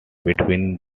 between